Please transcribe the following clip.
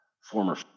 Former